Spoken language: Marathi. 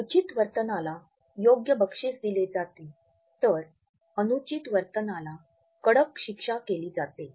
उचित वर्तनाला योग्य बक्षीस दिले जाते तर अनुचित वर्तनाला कडक शिक्षा केली जाते